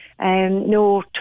no